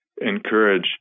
encourage